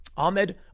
Ahmed